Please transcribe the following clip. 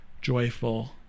joyful